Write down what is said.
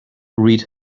read